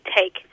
take